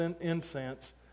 incense